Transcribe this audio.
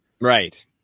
Right